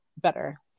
better